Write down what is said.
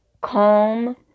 calm